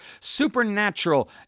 supernatural